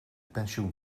pensioen